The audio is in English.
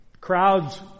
crowds